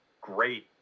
great